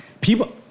People